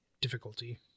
difficulty